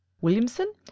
Williamson